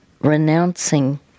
renouncing